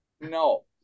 no